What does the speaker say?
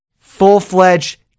full-fledged